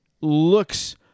looks